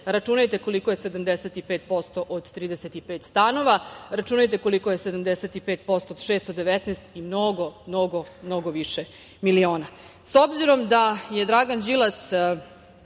računajte koliko je 75% od 35 stanova, računajte koliko je 75% od 619 i mnogo, mnogo više miliona.S